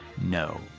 no